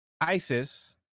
ISIS